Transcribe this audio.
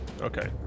Okay